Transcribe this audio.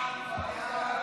ההצעה להעביר